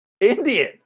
Indian